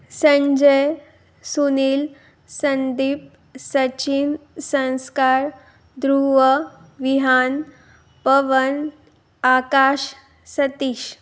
Sanjay Sunil Sandeep Sachin Sanskar Dhruv Vihaan Pawan Akash Satish